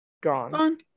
gone